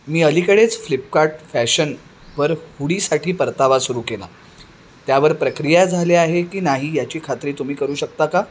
मी अलीकडेच फ्लिपकार्ट फॅशन वर हुडीसाठी परतावा सुरू केला त्यावर प्रक्रिया झाली आहे की नाही याची खात्री तुम्ही करू शकता का